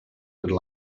could